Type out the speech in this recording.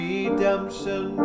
Redemption